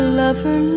lover